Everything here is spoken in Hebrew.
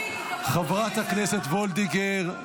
חברת הכנסת וולדיגר,